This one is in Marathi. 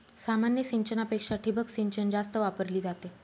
सामान्य सिंचनापेक्षा ठिबक सिंचन जास्त वापरली जाते